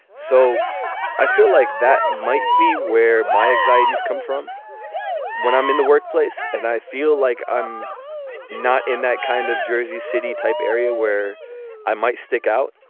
so i feel like that might be where my anxiety is come from when i'm in the workplace and i feel like i'm not in that kind of jersey city type area where i might stick out.